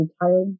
retired